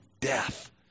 death